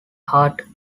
hut